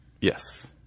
Yes